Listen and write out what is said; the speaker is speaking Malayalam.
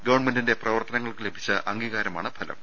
ഗവൺമെന്റിന്റെ പ്രപ്പർത്തനങ്ങൾക്ക് ലഭിച്ചഅംഗീകാരമാണ് ഫലം